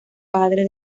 padre